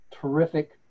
terrific